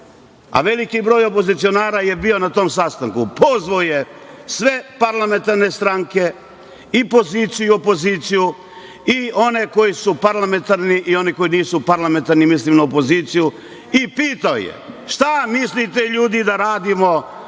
a veliki broj opozicionara je bio na tom sastanku, pozvao je sve parlamentarne stranke, poziciju i opoziciju, i one koji su parlamentarni i one koji nisu parlamentarni, mislim na opoziciju, i pitao je – šta mislite, ljudi, da radimo,